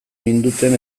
ninduten